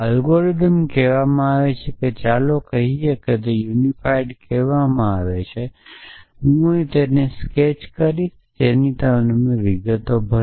algorithm કહેવામાં આવે છે ચાલો આપણે કહીએ કે તેને યુનિફાઇડ કહેવામાં આવે છે હું તેને અહીં સ્કેચ કરીશ અને તમે વિગતો ભરો